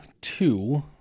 two